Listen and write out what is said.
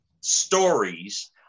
stories